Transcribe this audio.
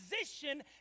position